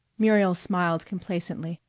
muriel smiled complacently.